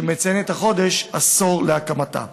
שמציינת החודש עשור להקמתה.